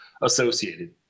associated